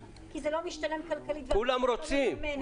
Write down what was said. כי זה לא משתלם כלכלית --- כולם רוצים,